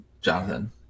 Jonathan